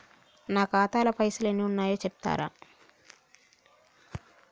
నా ఖాతా లా పైసల్ ఎన్ని ఉన్నాయో చెప్తరా?